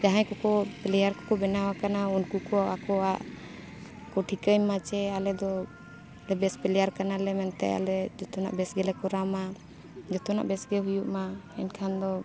ᱡᱟᱦᱟᱸᱭ ᱠᱚᱠᱚ ᱯᱞᱮᱭᱟᱨ ᱠᱚᱠᱚ ᱵᱮᱱᱟᱣ ᱟᱠᱟᱱᱟ ᱩᱱᱠᱩ ᱠᱚ ᱟᱠᱚᱣᱟᱜ ᱠᱚ ᱴᱷᱤᱠᱟᱹᱭ ᱢᱟ ᱡᱮ ᱟᱞᱮ ᱫᱚ ᱵᱮᱥ ᱯᱞᱮᱭᱟᱨ ᱠᱟᱱᱟᱞᱮ ᱢᱮᱱᱛᱮ ᱟᱞᱮ ᱡᱷᱚᱛᱚᱱᱟᱜ ᱵᱮᱥ ᱜᱮᱞᱮ ᱠᱚᱨᱟᱣ ᱢᱟ ᱡᱷᱚᱛᱚᱱᱟᱜ ᱵᱮᱥ ᱜᱮ ᱦᱩᱭᱩᱜ ᱢᱟ ᱮᱱᱠᱷᱟᱱ ᱫᱚ